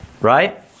Right